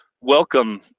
Welcome